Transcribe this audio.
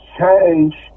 change